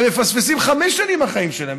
הם מפספסים חמש שנים מהחיים שלהם.